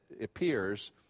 appears